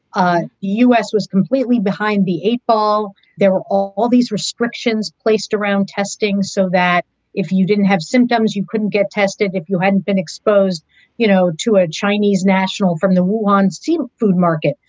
ah us was completely behind the eight ball. there were all all these restrictions placed around testing so that if you didn't have symptoms, you couldn't get tested. if you hadn't been exposed you know to a chinese national from the one seafood market,